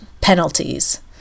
penalties